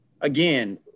again